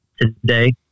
today